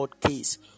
case